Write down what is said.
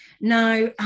Now